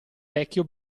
vecchio